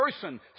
person